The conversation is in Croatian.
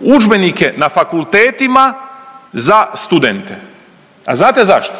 udžbenike na fakultetima za studente. A znate zašto?